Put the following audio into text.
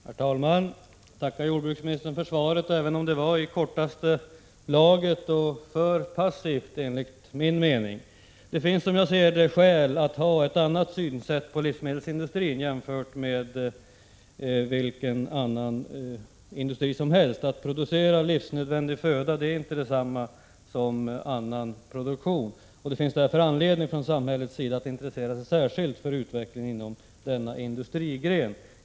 Herr talman! Jag tackar jordbruksministern för svaret, även om det var i kortaste laget och för passivt enligt min mening. Det finns, som jag ser det, skälatt ha ett annat synsätt på livsmedelsindustrin än på vilken annan industri som helst — att producera livsnödvändig föda är inte detsamma som att producera något annat. Det finns därför anledning från samhällets sida att intressera sig särskilt för utvecklingen inom denna industrigren.